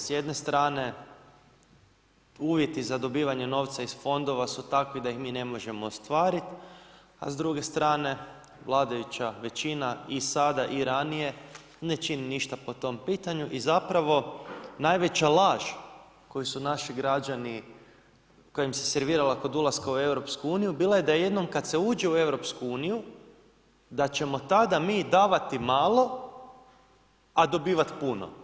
S jedne strane uvjeti za dobivanje novca iz fondova su takvi da ih mi ne možemo ostvariti, a s druge strane vladajuća većina i sada i ranije ne čini ništa po tom pitanju i zapravo najveća laž koju su naši građani, koja im se servirala kod ulaska u EU je bila da jednom kad se uđe u EU da ćemo tada mi davati malo, a dobivat puno.